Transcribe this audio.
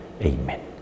Amen